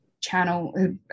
channel